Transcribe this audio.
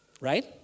right